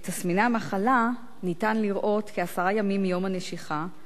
את תסמיני המחלה ניתן לראות כעשרה ימים מיום הנשיכה,